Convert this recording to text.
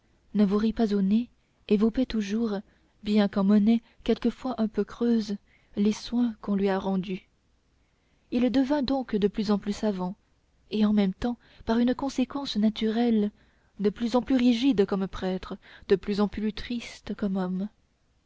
ne vous rit pas au nez et vous paie toujours bien qu'en monnaie quelquefois un peu creuse les soins qu'on lui a rendus il devint donc de plus en plus savant et en même temps par une conséquence naturelle de plus en plus rigide comme prêtre de plus en plus triste comme homme